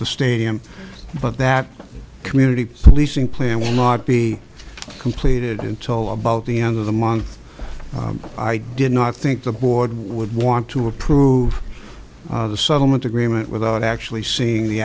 the stadium but that community policing plan will not be completed until about the end of the month i did not think the board would want to approve the settlement agreement without actually seeing the